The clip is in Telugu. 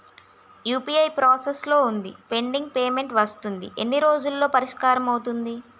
యు.పి.ఐ ప్రాసెస్ లో వుంది పెండింగ్ పే మెంట్ వస్తుంది ఎన్ని రోజుల్లో పరిష్కారం అవుతుంది